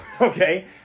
okay